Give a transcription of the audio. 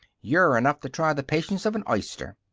you're enough to try the patience of an oyster!